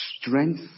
strength